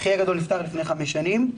אחי הגדול נפטר לפני חמש שנים,